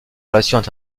relations